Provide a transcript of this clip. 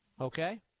Okay